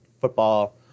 football